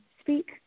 speak